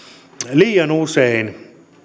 liian usein